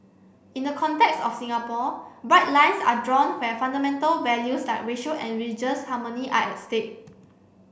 in the context of Singapore bright lines are drawn where fundamental values like racial and religious harmony are at stake